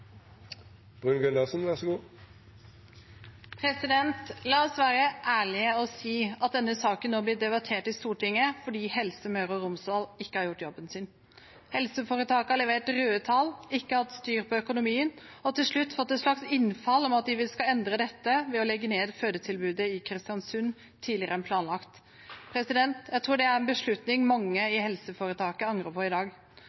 La oss være ærlige og si at denne saken nå blir debattert i Stortinget fordi Helse Møre og Romsdal ikke har gjort jobben sin. Helseforetaket har levert røde tall, har ikke hatt styr på økonomien og til slutt fått et slags innfall om at de skal endre dette ved å legge ned fødetilbudet i Kristiansund tidligere enn planlagt. Jeg tror det er en beslutning mange i helseforetaket angrer på i dag.